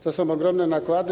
To są ogromne nakłady,